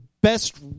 best